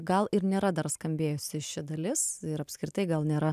gal ir nėra dar skambėjusi ši dalis ir apskritai gal nėra